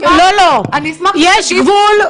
--- יש גבול,